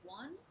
one